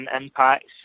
impacts